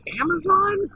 Amazon